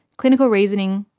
clinical reasoning,